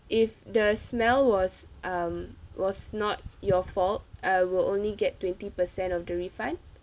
if the smell was um was not your fault I will only get twenty percent of the refund